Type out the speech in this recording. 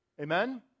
Amen